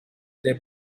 there